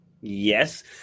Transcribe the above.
Yes